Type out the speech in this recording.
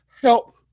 help